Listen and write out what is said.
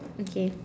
okay